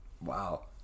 wow